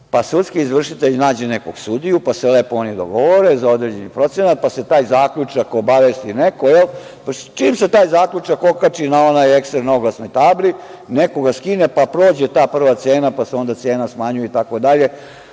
pa sudski izvršitelj nađe nekog sudiju, pa se lepo oni dogovore za određeni procenat, pa se taj zaključak obavesti neko, jel, pa čim se taj zaključak okači na onaj ekser na oglasnoj tabli neko ga skine, pa prođe ta prva cena, pa se onda cena smanjuje itd. Znamo